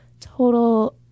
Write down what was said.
total